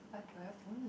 what do I own